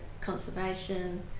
conservation